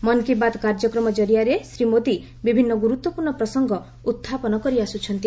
ମନ୍କୀ ବାତ୍ କାର୍ଯ୍ୟକ୍ରମ ଜରିଆରେ ଶ୍ରୀ ମୋଦି ବିଭିନ୍ନ ଗୁରୁତ୍ୱପୂର୍ଣ୍ଣ ପ୍ରସଙ୍ଗ ଉତ୍ଥାପନ କରିଆସୁଛନ୍ତି